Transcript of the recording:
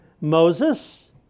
Moses